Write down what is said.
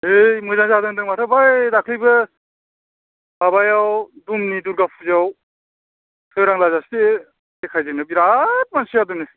है मोजां जादों होन्दों माथो बै दाख्लिबो माबायाव दुमनि दुरगा फुजायाव सोरां लायजासे देखायदोंनो बेराद मानसि जादोंनो